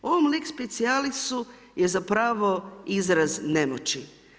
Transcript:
Ovom lex specijalisu je zapravo izraz nemoći.